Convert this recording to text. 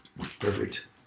Perfect